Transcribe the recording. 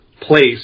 place